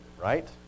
right